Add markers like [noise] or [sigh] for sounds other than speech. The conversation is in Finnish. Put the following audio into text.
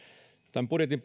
tämän budjetin [unintelligible]